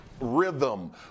Rhythm